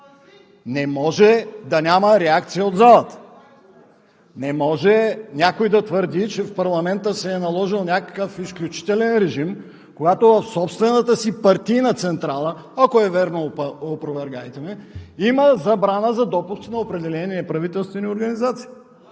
не може да няма реакция от залата. Не може някой да твърди, че в парламента се е наложил някакъв изключителен режим, когато в собствената си партийна централа, ако е вярно – опровергайте ме, има забрана за допуск на определени неправителствени организации.